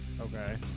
Okay